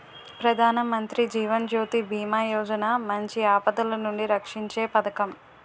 ప్రధానమంత్రి జీవన్ జ్యోతి బీమా యోజన మంచి ఆపదలనుండి రక్షీంచే పదకం